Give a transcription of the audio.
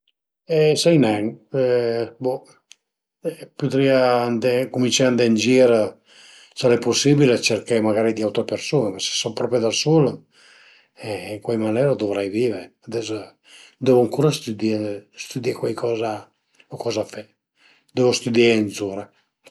E sai nen, bo, pudrìa andé cumincé a andé ën gir, s'al e pusibil cerché magari cerché di aute persun-e, se sun propi da sul e ën cuai manera duvraì vive, ades devu ancura stüdié stüdié cuaicoza o coza fe, devu stüdié zura e